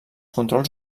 controls